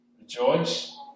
Rejoice